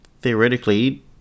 theoretically